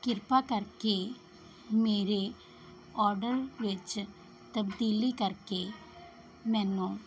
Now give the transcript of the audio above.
ਕਿਰਪਾ ਕਰਕੇ ਮੇਰੇ ਓਡਰ ਵਿੱਚ ਤਬਦੀਲੀ ਕਰਕੇ ਮੈਨੂੰ